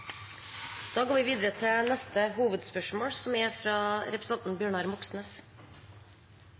går videre til neste hovedspørsmål.